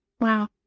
wow